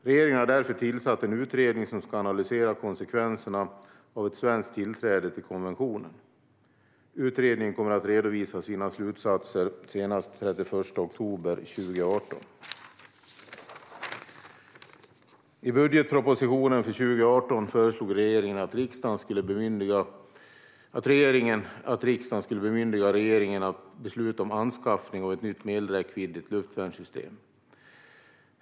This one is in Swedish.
Regeringen har därför tillsatt en utredning som ska analysera konsekvenserna av ett svenskt tillträde till konventionen. Utredningen kommer att redovisa sina slutsatser senast den 31 oktober 2018. I budgetpropositionen för 2018 föreslog regeringen att riksdagen skulle bemyndiga regeringen att besluta om anskaffning av ett nytt medelräckviddigt luftvärnssystem.